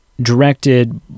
directed